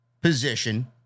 position